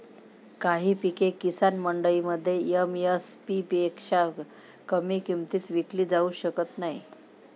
काही पिके किसान मंडईमध्ये एम.एस.पी पेक्षा कमी किमतीत विकली जाऊ शकत नाहीत